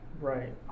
Right